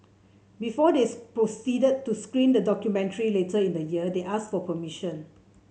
before this proceeded to screen the documentary later in the year they asked for permission